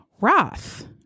Roth